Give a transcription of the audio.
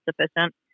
sufficient